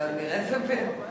תודה רבה.